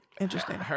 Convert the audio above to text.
interesting